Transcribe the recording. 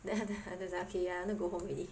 then after that I just okay ya I need to go home already